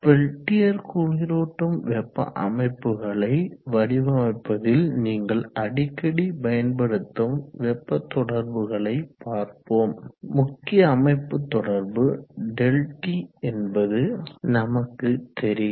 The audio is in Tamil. பெல்டியர் குளிரூட்டும் வெப்ப அமைப்புகளை வடிவமைப்பதில் நீங்கள் அடிக்கடி பயன்படுத்தும் வெப்ப தொடர்புகளைப் பார்ப்போம் முக்கிய அமைப்பு தொடர்பு ΔT என்பது நமக்குத் தெரியும்